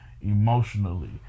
emotionally